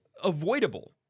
Avoidable